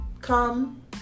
come